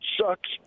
sucks